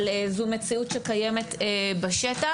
אבל זו מציאות שקיימת בשטח.